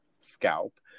scalp